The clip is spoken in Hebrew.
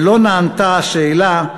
ולא נענתה השאלה: